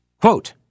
Quote